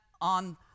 on